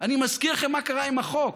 אני מזכיר לכם מה קרה עם החוק.